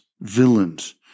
villains